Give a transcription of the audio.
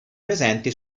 presenti